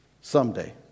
Someday